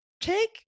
take